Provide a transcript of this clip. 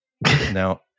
Now